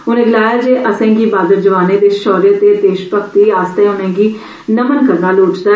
उने गलाया जे असें गी बहाद्र जवानें दे शौर्य ते देशभक्ति आस्तै उन्ने गी नमन करना लोडचदा